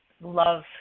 love